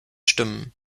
stimmen